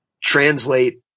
translate